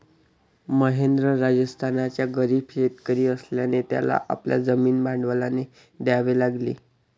महेंद्र राजस्थानचा गरीब शेतकरी असल्याने त्याला आपली जमीन भाड्याने द्यावी लागली